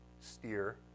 steer